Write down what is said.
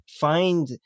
find